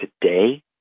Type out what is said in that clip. today